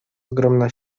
ogromna